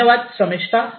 धन्यवाद शर्मिष्ठा